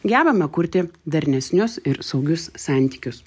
gebame kurti darnesnius ir saugius santykius